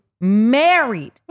married